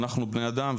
אנחנו בני אדם,